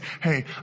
Hey